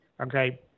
okay